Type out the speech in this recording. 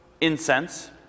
incense